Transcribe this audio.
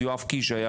יואב קיש היה